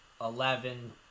eleven